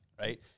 right